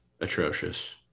atrocious